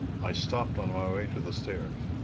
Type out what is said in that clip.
i stopped on my way to the stairs.